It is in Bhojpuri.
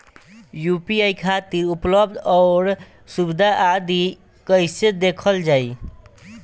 यू.पी.आई खातिर उपलब्ध आउर सुविधा आदि कइसे देखल जाइ?